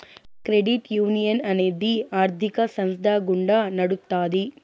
credit union అనేది ఆర్థిక సంస్థ గుండా నడుత్తాది